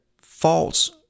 false